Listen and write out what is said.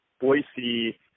Boise